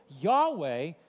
Yahweh